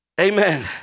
amen